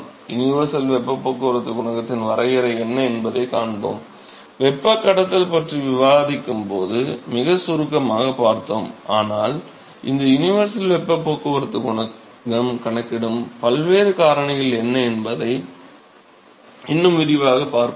universal வெப்பப் போக்குவரத்துக் குணகத்தின் வரையறை என்ன என்பதைக் காண்போம் வெப்பக் கடத்தல் பற்றி விவாதிக்கும்போது மிக சுருக்கமாகப் பார்த்தோம் ஆனால் இந்த யுனிவர்சல் வெப்பப் போக்குவரத்து குணகம் கணக்கிடப்படும் பல்வேறு காரணிகள் என்ன என்பதை இன்னும் விரிவாகப் பார்ப்போம்